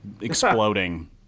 exploding